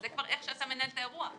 אז זה כבר איך שאתה מנהל את האירוע.